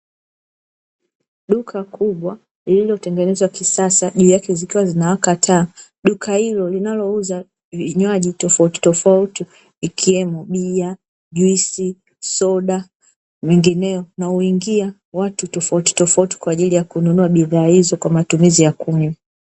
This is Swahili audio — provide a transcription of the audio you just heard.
Duka kubwa lililotengenezwa kisasa juu yake zikiwa zinawaka taa. Duka hilo linalouza vinywaji tofauti tofauti, ikiwemo bia, juisi, soda vinginevyo na huingia watu tofauti tofauti kwa ajili ya kununua bidhaa hizo kwa matumizi ya kunywa.